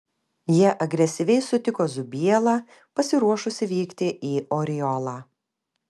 jie agresyviai sutiko zubielą pasiruošusį vykti į oriolą